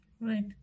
right